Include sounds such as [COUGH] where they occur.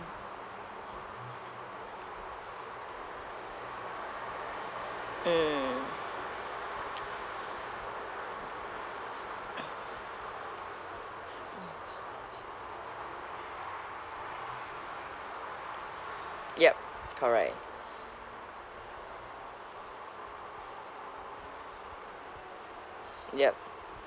mm [NOISE] yup correct yup